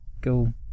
Go